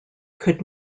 could